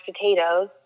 potatoes